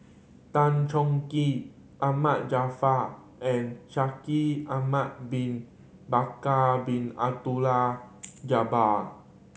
Tan Choh Tee Ahmad Jaafar and Shaikh Ahmad Bin Bakar Bin Abdullah Jabbar